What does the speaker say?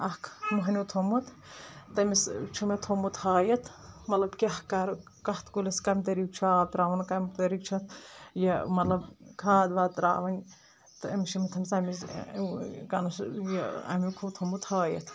اکھ مہنیوٗ تھوٚمُت تٔمِس چھُ مےٚ تھوٚمُت ہٲیِتھ مطلب کیاہ کَرٕ کتھ کُلِس کمہِ طٔریٖقہٕ چھُ آب ترٛاوَان کمہِ طٔریٖقہٕ چھُ یہِ مطلب کھاد واد ترٛاوٕنۍ تہٕ أمِس چھِ یِم تھٲومٕتۍ اَمہِ وِزِ یہِ امیُک ہُہ تھوٚمُت ہٲوِتھ